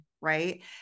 Right